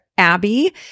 Abby